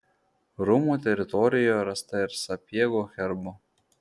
rūmų teritorijoje rasta ir sapiegų herbų